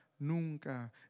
nunca